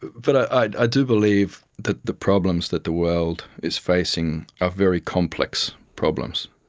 but i do believe that the problems that the world is facing are very complex problems.